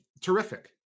terrific